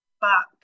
back